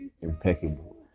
impeccable